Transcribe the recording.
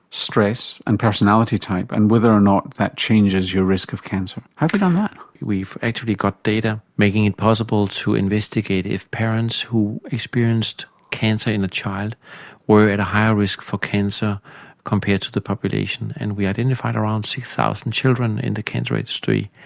stress and personality type and whether or not that changes your risk of cancer. how have you done that? we've actually got data making it possible to investigate if parents who experienced cancer in a child were at a higher risk for cancer compared to the population, and we identified around six thousand children in the cancer registry,